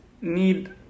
need